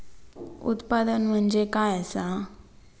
उत्पादन म्हणजे काय असा?